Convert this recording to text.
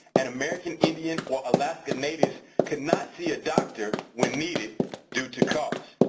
and american indian or alaskan natives could not see a doctor when needed due to cost.